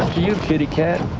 you. kitty cat